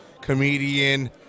comedian